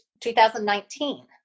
2019